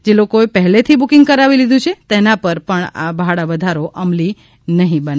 જે લોકોએ પહેલાથી જ બુકિંગ કરાવી લીધું છે તેના પર આ ભાડા વધારો અમલી નહીં બને